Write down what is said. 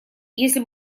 если